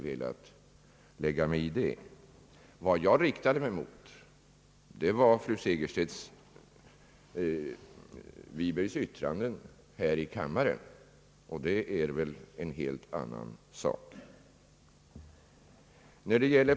Vad jag riktade mig mot var fru Segerstedt Wibergs yttrande här i kammaren, och det är väl en helt annan sak.